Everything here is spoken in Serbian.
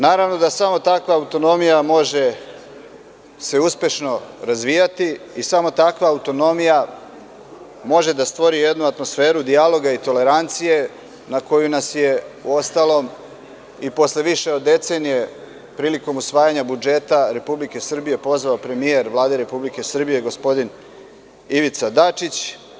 Naravno da samo takva autonomija može se uspešno razvijati i samo takva autonomija može da stvori jednu atmosferu dijaloga i tolerancije, na koju nas je, uostalom, i posle više od decenije, prilikom usvajanja budžeta Republike Srbije, pozvao premijer Vlade Republike Srbije gospodin Ivica Dačić.